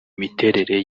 miterere